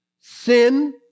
Sin